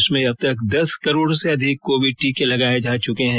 देश में अब तक दस करोड से अधिक कोविड टीके लगाये जा चुके हैं